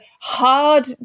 hard